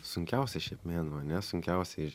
sunkiausias šiaip mėnuo ane sunkiausiai iš